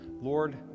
Lord